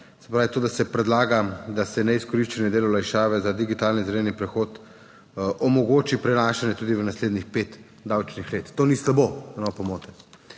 se pravi to, da se predlaga, da se neizkoriščeni del olajšave za digitalni zeleni prehod omogoči prenašanje tudi v naslednjih pet davčnih let. To ni slabo, da ne bo pomote.